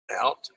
out